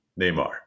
Neymar